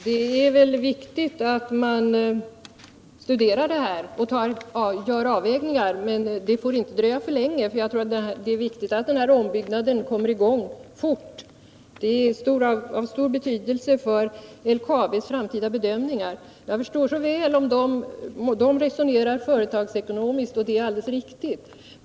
Det är viktigt att man studerar det här och gör avvägningar. Men ett beslut får inte dröja för länge, eftersom det är viktigt att en ombyggnad kommer i gång fort. Ett beslut är av stor betydelse för LKAB:s bedömningar för framtiden. Jag förstår så väl om företaget resonerar företagsekonomiskt — det är alldeles riktigt.